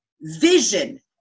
vision